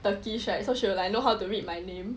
turkish right so she will like you know how to read my name